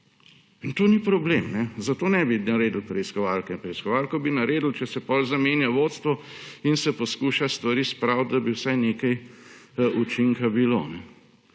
In to ni problem. Zato ne bi naredil preiskovalke; preiskovalko bi naredil, če se potem zamenja vodstvo in se poskuša stvari spraviti, da bi vsaj nekaj učinka bilo.